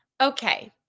Okay